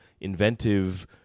inventive